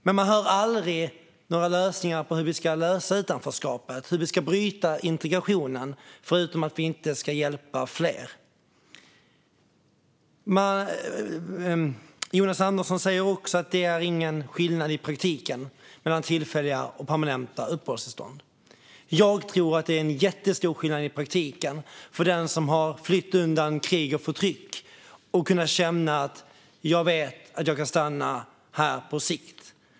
Men man hör aldrig några förslag på hur vi ska bryta utanförskapet och lösa integrationen, förutom att vi inte ska hjälpa fler. Jonas Andersson säger också att det inte är någon skillnad i praktiken mellan tillfälliga och permanenta uppehållstillstånd. Jag tror att det är en jättestor skillnad i praktiken för den som har flytt undan krig och förtryck att kunna veta att man kan stanna här på sikt.